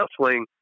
counseling